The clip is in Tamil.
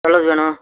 எவ்வளோக்கு வேணும்